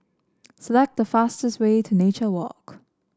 select the fastest way to Nature Walk